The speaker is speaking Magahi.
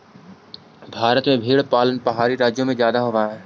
भारत में भेंड़ पालन पहाड़ी राज्यों में जादे होब हई